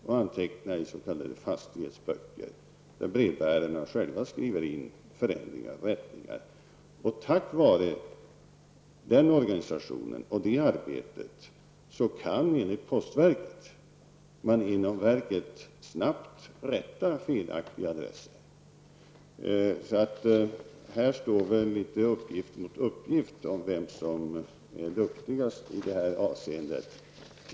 Man antecknar i s.k. fastighetsböcker, där brevbärarna själva skriver in förändringar och rättelser. Tack vare den organisationen och det arbetet kan man, enligt postverket, inom verket snabbt rätta felaktiga adresser. Här står uppgift mot uppgift om vem som är duktigast i detta avseende.